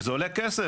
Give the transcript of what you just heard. וזה עולה כסף.